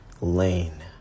lane